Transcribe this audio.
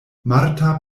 marta